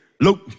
look